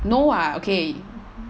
no [what] okay